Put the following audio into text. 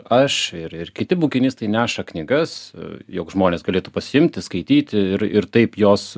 aš ir ir kiti bukinistai neša knygas jog žmonės galėtų pasiimti skaityti ir ir taip jos